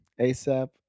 ASAP